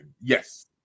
Yes